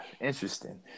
interesting